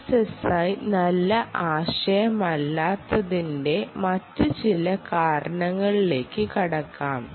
RSSI നല്ല ആശയമല്ലാത്തതിന്റെ മറ്റ് ചില കാരണങ്ങളിലേക്ക് കടക്കാം